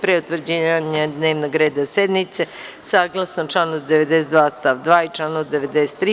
Pre utvrđivanja dnevnog reda sednice, saglasno članu 92. stav 2. i članu 93.